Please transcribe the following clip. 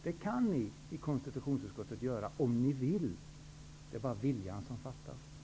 Det kan ni i konstitutionsutskottet göra -- det är bara viljan som fattas.